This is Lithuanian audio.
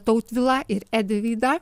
tautvilą ir edivydą